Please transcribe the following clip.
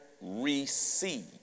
receive